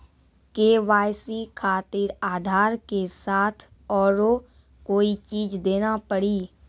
KYC खातिर आधार के साथ औरों कोई चीज देना पड़ी?